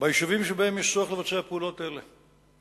ביישובים שבהם יש צורך לבצע פעולות אלה.